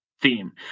Theme